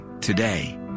today